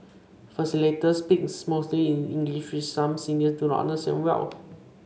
facilitators speak mostly in English which some seniors do not understand well